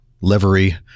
livery